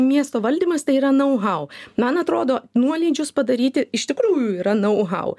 miesto valdymas tai yra nau hau man atrodo nuolydžius padaryti iš tikrųjų yra nau hau